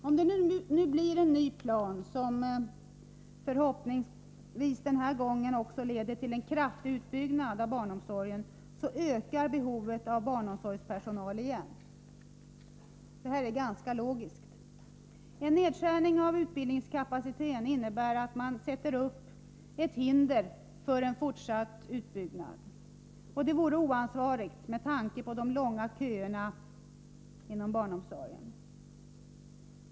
Om det nu blir en ny plan, som denna gång förhoppningsvis leder till en kraftig utbyggnad av barnomsorgen, ökar behovet av barnomsorgspersonal igen — det är ganska logiskt. En nedskärning av utbildningskapaciteten innebär att man sätter upp ett hinder för fortsatt utbyggnad, och det vore oansvarigt med tanke på de långa köerna inom barnomsorgen.